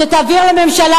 שתעביר לממשלה,